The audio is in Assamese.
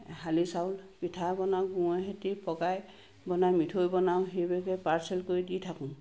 শালি চাউল পিঠা বনাও গুৰে সৈতে পগাই বনাও মিঠৈ বনাও সেই পাৰ্চেল কৰি দি থাকোঁ